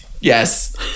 yes